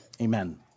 Amen